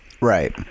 Right